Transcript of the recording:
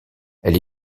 elle